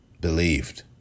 believed